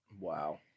Wow